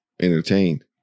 entertained